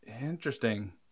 Interesting